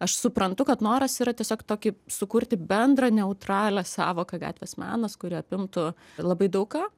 aš suprantu kad noras yra tiesiog tokį sukurti bendrą neutralią sąvoką gatvės menas kuri apimtų labai daug ką